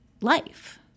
life